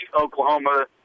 Oklahoma –